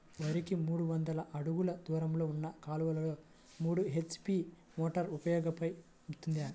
వరికి మూడు వందల అడుగులు దూరంలో ఉన్న కాలువలో మూడు హెచ్.పీ మోటార్ ఉపయోగపడుతుందా?